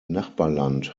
nachbarland